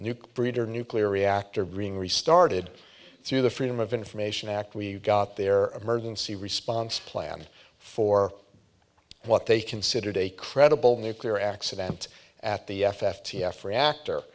nuke breeder nuclear reactor being restarted through the freedom of information act we've got their emergency response plan for what they considered a credible nuclear accident at the f f t f reactor